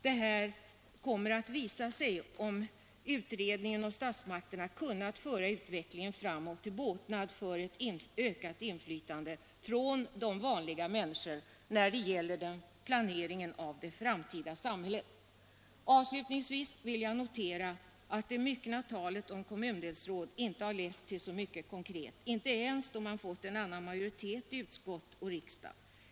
Det kommer att visa sig om utredningen och statsmakterna kunnat föra utvecklingen framåt till båtnad för ett ökat inflytande för de vanliga människorna när det gäller planeringen av det framtida samhället. Avslutningsvis vill jag notera att det myckna talet om kommundelsråd inte lett till så mycket konkret — inte ens när vi fått en annan majoritet i utskott och riksdag.